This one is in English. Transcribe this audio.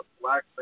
Black